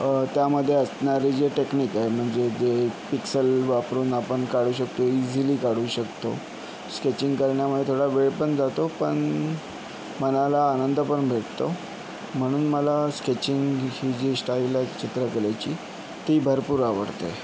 त्यामध्ये असणारे जे टेक्निक आहे म्हणजे जे पिक्सेल वापरून आपण काढू शकतो इझिली काढू शकतो स्केचिंग करण्यामुळे थोडा वेळ पण जातो पण मनाला आनंद पण भेटतो म्हणून मला स्केचिंग ही जी स्टाईल आहे चित्रकलेची ती भरपूर आवडते